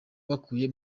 yakuye